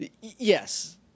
Yes